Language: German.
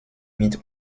mit